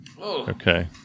Okay